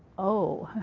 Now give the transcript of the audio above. oh,